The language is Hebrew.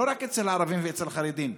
לא רק אצל ערבים ואצל חרדים,